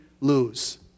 lose